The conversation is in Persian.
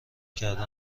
کرده